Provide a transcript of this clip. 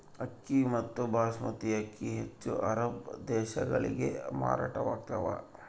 ಅಕ್ಕಿ ಮತ್ತು ಬಾಸ್ಮತಿ ಅಕ್ಕಿ ಹೆಚ್ಚು ಅರಬ್ ದೇಶಗಳಿಗೆ ಮಾರಾಟವಾಗ್ತಾವ